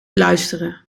luisteren